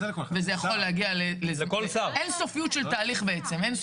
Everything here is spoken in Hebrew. וזה יכול להגיע לאין סופיות של תהליך בעצם.